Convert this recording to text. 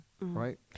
right